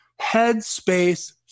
headspace